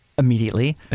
Immediately